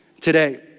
today